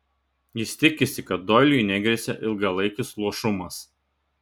jis tikisi kad doiliui negresia ilgalaikis luošumas